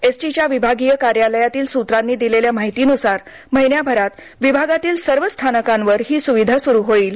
S T च्या विभागीय कार्यालयातील सूत्रांनी दिलेल्या माहितीनुसार महिन्याभरात विभागातील सर्व स्थानकांवर ही सुविधा सुरु होईल